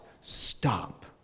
stop